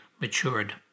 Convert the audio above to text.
matured